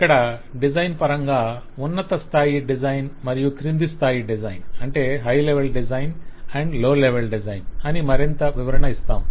ఇక్కడ డిజైన్ పరంగా ఉన్నత స్థాయి డిజైన్ మరియు క్రింది స్థాయి డిజైన్ అని మరింత వివరణ ఇస్తాము